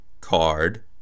card